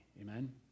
amen